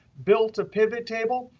built a pivot table.